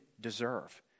deserve